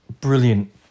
brilliant